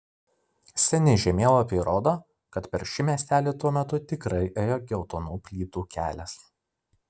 seni žemėlapiai rodo kad per šį miestelį tuo metu tikrai ėjo geltonų plytų kelias